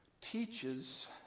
teaches